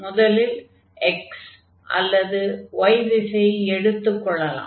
முதலில் x அல்லது y திசையை எடுத்துக் கொள்ளலாம்